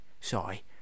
sorry